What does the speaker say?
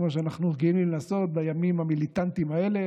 כמו שאנחנו רגילים לעשות בימים המיליטנטיים האלה,